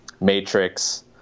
Matrix